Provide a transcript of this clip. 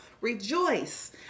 rejoice